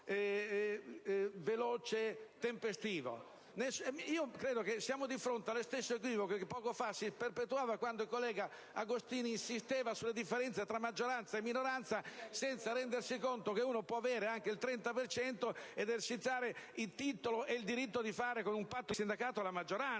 Credo che siamo di fronte allo stesso equivoco che poco fa si perpetuava quando il collega Agostini insisteva sulle differenze tra maggioranza e minoranza, senza rendersi conto che uno può avere anche il 30 per cento ed esercitare il titolo e il diritto di fare, con un patto di sindacato, la maggioranza.